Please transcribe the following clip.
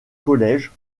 college